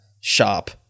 shop